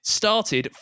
started